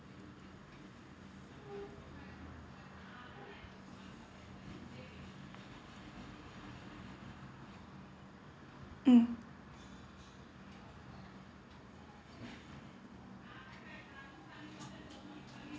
um